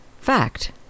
fact